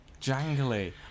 Jangly